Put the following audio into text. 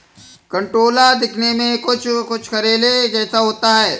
कंटोला दिखने में कुछ कुछ करेले जैसा होता है